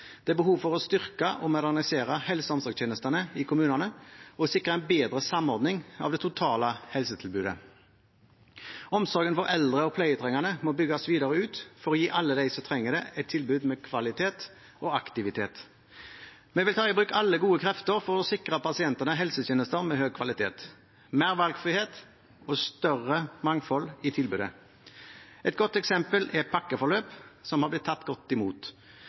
Det er behov for å styrke og modernisere helse- og omsorgstjenestene i kommunene og sikre en bedre samordning av det totale helsetilbudet. Omsorg for eldre og pleietrengende må bygges videre ut for å gi alle dem som trenger det, et tilbud med kvalitet og aktivitet. Vi vil ta i bruk alle gode krefter for å sikre pasientene helsetjenester med høy kvalitet, mer valgfrihet og større mangfold i tilbudet. Et godt eksempel er pakkeforløp, som har blitt tatt godt imot.